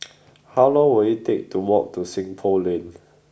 how long will it take to walk to Seng Poh Lane